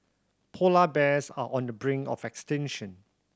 polar bears are on the brink of extinction